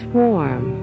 warm